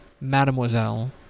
Mademoiselle